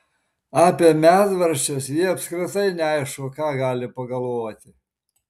apie medvaržčius ji apskritai neaišku ką gali pagalvoti